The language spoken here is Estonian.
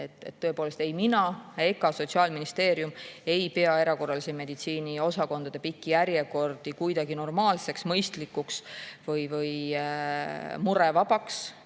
Tõepoolest, ei mina ega Sotsiaalministeerium ei pea erakorralise meditsiini osakondade pikki järjekordi kuidagi normaalseks, mõistlikuks või murevabaks.